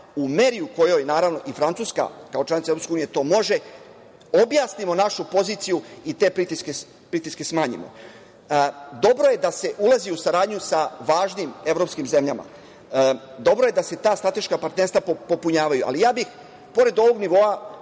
u meri u kojoj naravno i Francuska kao članica EU to može, objasnimo našu poziciju i te pritiske smanjimo. Dobro je da se ulazi u saradnju sa važnim evropskim zemljama. Dobro je da se ta strateška partnerstva popunjavaju, ali ja bih pored ovog nivoa